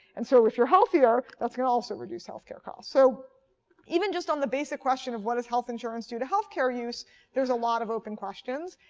and so if you're healthier, that's going to also reduce health-care costs. so even just on the basic question of what does health insurance do to health-care costs, there's a lot of open questions.